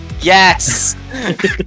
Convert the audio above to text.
yes